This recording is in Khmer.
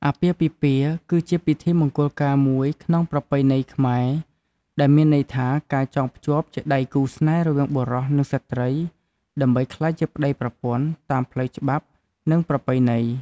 អាពាហ៍ពិពាហ៍ គឺជាពិធីមង្គលការមួយក្នុងប្រពៃណីខ្មែរ ដែលមានន័យថា ការចងភ្ជាប់ជាដៃគូរស្នេហ៍រវាងបុរស និងស្ត្រី ដើម្បីក្លាយជាប្ដីប្រពន្ធតាម ផ្លូវច្បាប់ និងប្រពៃណី។